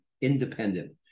independent